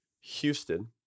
Houston